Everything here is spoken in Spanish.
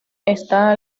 está